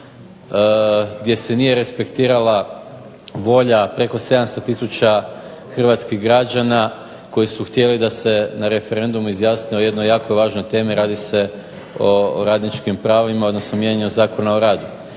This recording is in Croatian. gdje se nije respektirala volja preko 700 tisuća hrvatskih građana koji su htjeli da se na referendumu izjasne o jednoj jako važnoj temi, radi se o radničkim pravima, odnosno mijenjanju Zakona o radu.